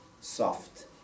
soft